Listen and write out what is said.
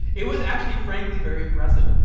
it was actually frankly very impressive.